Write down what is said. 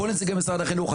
כל נציגי משרד החינוך,